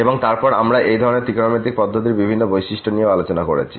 এবং তারপর আমরা এই ধরনের ত্রিকোণমিতিক পদ্ধতির বিভিন্ন বৈশিষ্ট্য নিয়েও আলোচনা করেছি